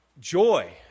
joy